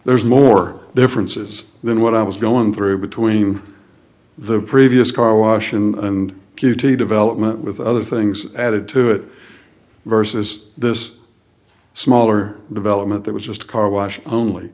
there's more differences than what i was going through between the previous carwash and beauty development with other things added to it versus this smaller development that was just a car